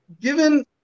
given